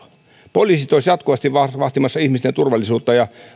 poliisit olisivat jatkuvasti vahtimassa ihmisten turvallisuutta ja